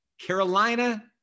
Carolina